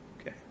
Okay